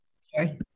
Sorry